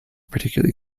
particularly